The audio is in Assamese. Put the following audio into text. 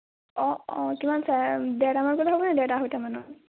অঁ অঁ কিমান ডেৰটামানত গ'লে হ'ব নেকি ডেৰটা আঢ়ৈটামানত